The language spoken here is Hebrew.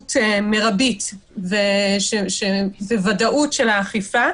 ביעילות מרבית וודאות של האכיפה,